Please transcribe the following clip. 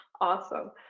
Awesome